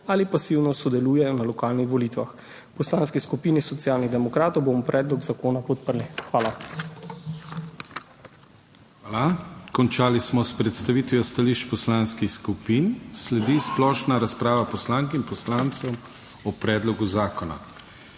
ali pasivno sodelujejo na lokalnih volitvah. V Poslanski skupini Socialnih demokratov bomo predlog zakona podprli. Hvala. PODPREDSEDNIK DANIJEL KRIVEC: Hvala. Končali smo s predstavitvijo stališč poslanskih skupin. Sledi splošna razprava poslank in poslancev o predlogu zakona.